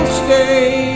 stay